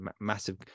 massive